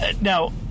Now